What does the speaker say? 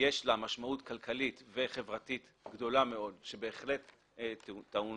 יש לה משמעות כלכלית וחברתית גדולה מאוד שבהחלט טעון